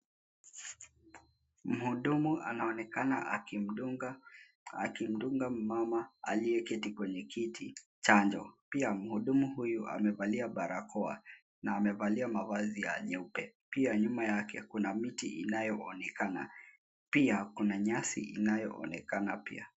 Mhudumu anaonekana akimdunga mama aliyeketi kwenye kiti, chanjo. Pia mhudumu huyu amevalia barakoa na amevalia mavazi ya nyeupe. Pia nyuma yake kuna miti inayoonekana. Kuna nyasi inayoonekana pia.